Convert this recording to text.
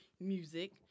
music